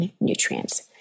nutrients